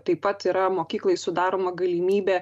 taip pat yra mokyklai sudaroma galimybė